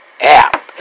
app